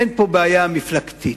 אין פה בעיה מפלגתית,